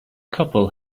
couple